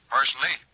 Personally